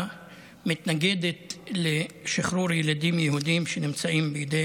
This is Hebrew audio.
מתנגדות לשחרור ילדים יהודים שנמצאים בידי